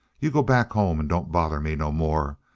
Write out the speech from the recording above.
you go back home and don't bother me no more.